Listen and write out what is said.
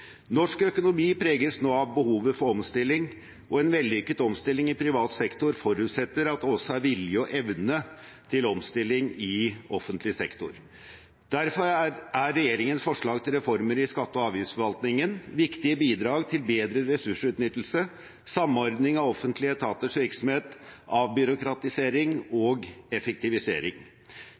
Norsk økonomi preges nå av behovet for omstilling, og en vellykket omstilling i privat sektor forutsetter at det også er vilje og evne til omstilling i offentlig sektor. Derfor er regjeringens forslag til reformer i skatte- og avgiftsforvaltningen viktige bidrag til bedre ressursutnyttelse, samordning av offentlige etaters virksomhet, avbyråkratisering